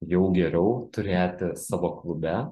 jau geriau turėti savo klube